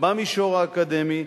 במישור האקדמי,